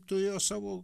turėjo savo